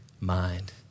mind